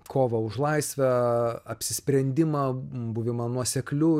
kovą už laisvę apsisprendimą buvimą nuosekliu